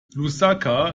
lusaka